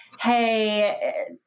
hey